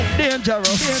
dangerous